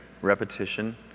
Repetition